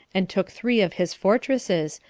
and took three of his fortresses,